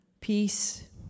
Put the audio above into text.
Peace